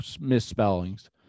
misspellings